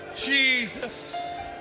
Jesus